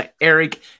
eric